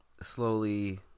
slowly